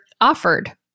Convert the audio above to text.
offered